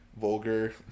vulgar